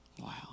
Wow